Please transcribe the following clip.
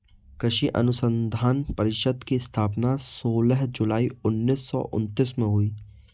कृषि अनुसंधान परिषद की स्थापना सोलह जुलाई उन्नीस सौ उनत्तीस में हुई